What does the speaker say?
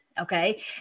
okay